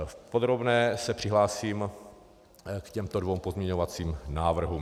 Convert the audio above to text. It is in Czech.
V podrobné se přihlásím k těmto dvěma pozměňovacím návrhům.